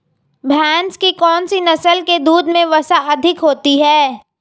भैंस की कौनसी नस्ल के दूध में वसा अधिक होती है?